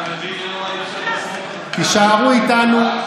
הישארו איתנו.